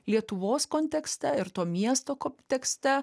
lietuvos kontekste ir to miesto kontekste